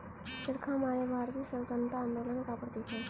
चरखा हमारे भारतीय स्वतंत्रता आंदोलन का प्रतीक है